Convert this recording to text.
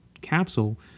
capsule